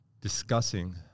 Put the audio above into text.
discussing